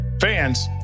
Fans